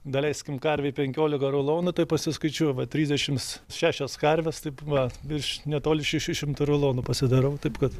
daleiskime karvei penkiolika rulonų tai pasiskaičiuoju va trisdešims šešios karvės taip va virš netoli šešių šimtų rulonų pasidarau taip kad